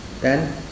Ten